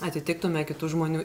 atitiktume kitų žmonių